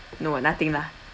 no nothing lah